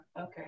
Okay